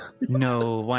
No